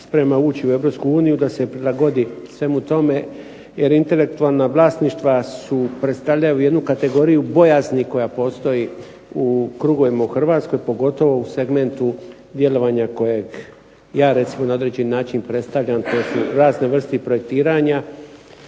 Europsku uniju da se prilagodi svemu tome jer intelektualna vlasništva predstavljaju jednu kategoriju bojazni koja postoji u krugovima u Hrvatskoj, pogotovo u segmentu djelovanja kojeg ja recimo na određeni način predstavljam. To su razne vrste projektiranja,